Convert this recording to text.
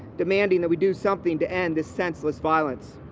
demanding that we do something to end this senseless violence